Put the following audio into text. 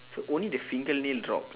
so only the fingernail dropped